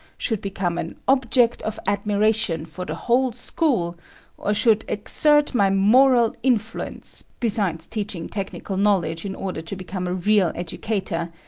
should become an object of admiration for the whole school or should exert my moral influence, besides teaching technical knowledge in order to become a real educator,